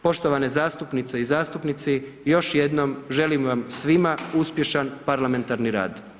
Poštovane zastupnice i zastupnici, još jednom želim vam svima uspješan parlamentarni rad.